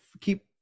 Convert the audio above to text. keep